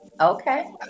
Okay